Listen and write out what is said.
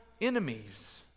enemies